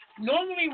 Normally